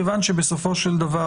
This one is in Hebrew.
מכיוון שבסופו של דבר,